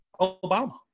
Obama